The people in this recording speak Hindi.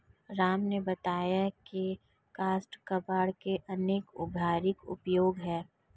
राम ने बताया की काष्ठ कबाड़ के अनेक लाभकारी उपयोग हैं